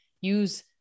use